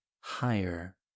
higher